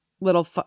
little